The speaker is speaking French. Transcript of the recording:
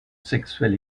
sexuel